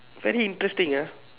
very interesting ah